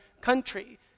country